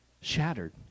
shattered